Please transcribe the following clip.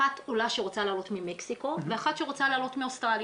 אחת עולה שרוצה לעלות ממקסיקו ועולה שרוצה לעלות מאוסטרליה,